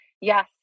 yes